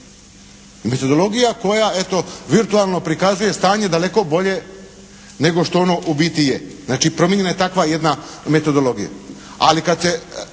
Metodologija koja eto, virtualno prikazuje stanje daleko bolje nego što ono u biti je. Znači, promijenjena je takva jedna metodologija.